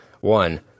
One